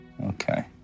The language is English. Okay